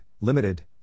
Limited